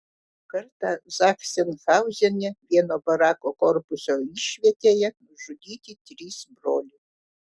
kartą zachsenhauzene vieno barako korpuso išvietėje nužudyti trys broliai